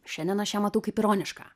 šiandien aš ją matau kaip ironišką